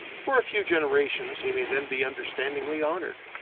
for a few generations he may then be understandingly honored.